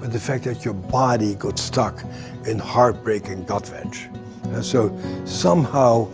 but the fact that your body got stuck in heartbreak and gut-wrench. and so somehow